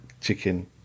chicken